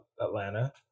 Atlanta